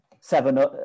seven